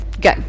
Go